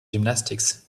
gymnastics